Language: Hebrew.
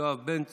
יואב בן צור,